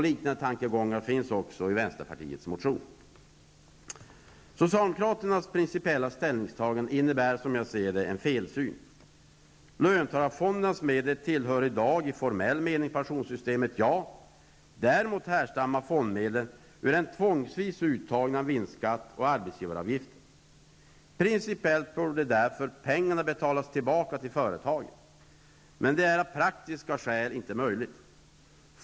Liknande tankegångar finns också i vänsterpartiets motion. Socialdemokraternas principiella inställning innebär en felsyn. Löntagarfondernas medel tillhör i dag i formell mening pensionssystemet -- ja. Däremot härstammar fondmedlen ur en tvångsvis uttagning av vinstskatt och arbetsgivaravgifter. Principiellt borde därför pengarna betalas tillbaka till företagen. Men det är av praktiska skäl inte möjligt.